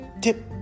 tip